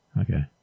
Okay